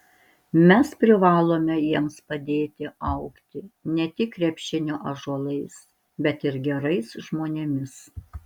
mes privalome jiems padėti augti ne tik krepšinio ąžuolais bet ir gerais žmonėmis